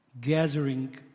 gathering